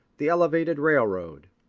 the elevated railroad,